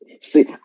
See